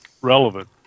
relevant